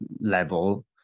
level